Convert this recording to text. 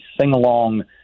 sing-along